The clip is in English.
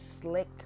slick